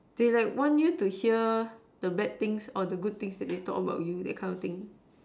they like want you to hear the bad thing or the good things that they talk about you that kind of thing